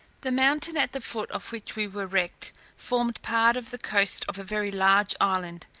the mountain at the foot of which we were wrecked formed part of the coast of a very large island.